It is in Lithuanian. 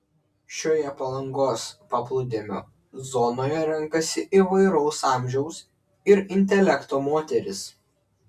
šioje palangos paplūdimio zonoje renkasi įvairaus amžiaus ir intelekto moterys